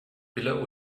below